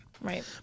Right